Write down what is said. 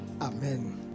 Amen